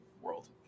world